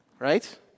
Right